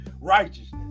righteousness